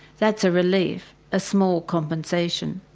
that's a relief, a small compensation.